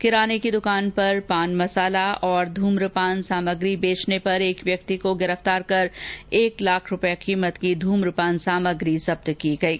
किराने की दुकान पर पान मसाला और ध्रम्रपान सामग्री बेचने पर एक व्यक्ति को गिरफ्तार कर एक लाख रूपये कीमत की धूम्रपान सामग्री जब्त की गई है